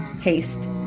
haste